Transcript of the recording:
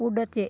पुढचे